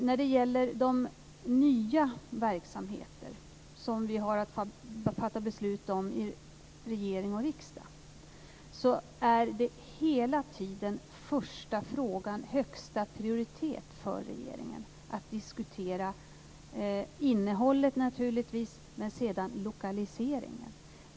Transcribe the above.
När det gäller de nya verksamheter som vi har att fatta beslut om i regering och riksdag är hela tiden den första frågan, den som har högst prioritet för regeringen sedan vi diskuterat innehållet naturligtvis, att bestämma lokaliseringen.